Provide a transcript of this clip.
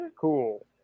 cool